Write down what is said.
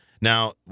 Now